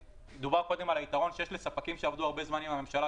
דובר קודם על יתרון שיש לספקים גדולים שעבדו הרבה זמן עם הממשלה,